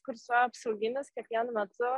kursuoja apsauginis kiekvienu metu